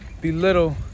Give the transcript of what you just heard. belittle